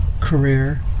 career